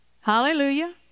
Hallelujah